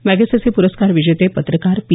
Magsaysay पुरस्कार विजेते पत्रकार पी